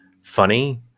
funny